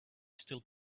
still